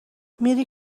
میری